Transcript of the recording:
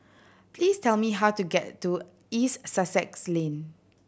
please tell me how to get to East Sussex Lane